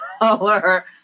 color